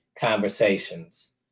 conversations